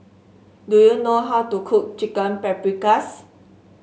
do you know how to cook Chicken Paprikas